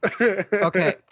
Okay